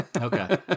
okay